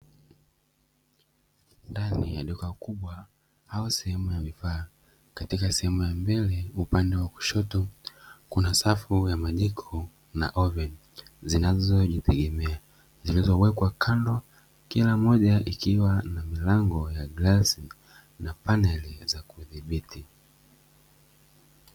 Ndani ya duka kubwa au sehemu ya vifaa, katika sehemu ya mbele upande wa kushoto kuna safu mgawanyiko na oveni zinazojitegemea, zilizowekwa kando kila moja ikiwa na milango ya glasi na paneli za kuzidhibiti.